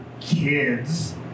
kids